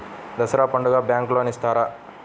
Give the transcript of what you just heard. దసరా పండుగ bank loan ఇస్తారా?